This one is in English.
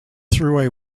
through